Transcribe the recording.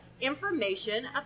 information